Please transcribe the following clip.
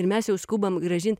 ir mes jau skubam grąžint